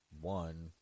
one